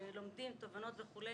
לומדים תובנות וכו',